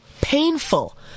painful